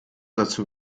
dazu